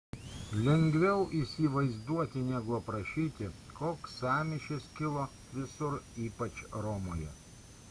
lengviau įsivaizduoti negu aprašyti koks sąmyšis kilo visur ypač romoje